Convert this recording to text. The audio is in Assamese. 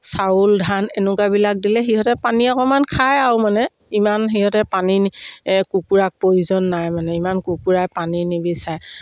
চাউল ধান এনেকুৱাবিলাক দিলে সিহঁতে পানী অকণমান খায় আৰু মানে ইমান সিহঁতে পানী কুকুৰাক প্ৰয়োজন নাই মানে ইমান কুকুৰাই পানী নিবিচাৰে